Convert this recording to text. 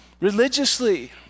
religiously